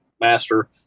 master